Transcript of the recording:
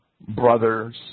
brothers